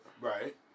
right